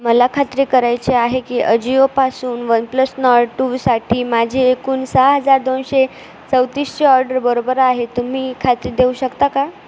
मला खात्री करायची आहे की अजिओपासून वन प्लस नॉट टूसाठी माझे एकून सहा हजार दोनशे चौतीसची ऑर्डर बरोबर आहे तुम्ही खात्री देऊ शकता का